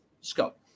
Scope